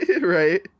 right